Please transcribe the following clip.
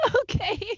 Okay